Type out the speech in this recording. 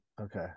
Okay